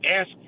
ask